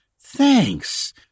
Thanks